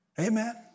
Amen